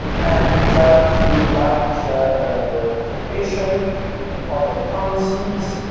and if you would like a quotation in other currencies,